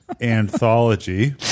Anthology